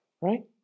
Right